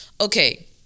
okay